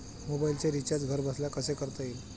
मोबाइलचे रिचार्ज घरबसल्या कसे करता येईल?